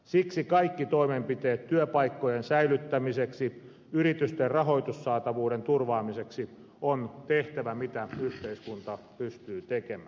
siksi kaikki ne toimenpiteet työpaikkojen säilyttämiseksi yritysten rahoitussaatavuuden turvaamiseksi on tehtävä jotka yhteiskunta pystyy tekemään